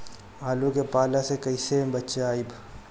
आलु के पाला से कईसे बचाईब?